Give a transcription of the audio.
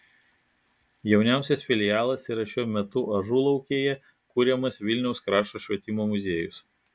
jauniausias filialas yra šiuo metu ažulaukėje kuriamas vilniaus krašto švietimo muziejus